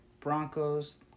Broncos